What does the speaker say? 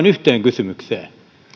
yhteen kysymykseen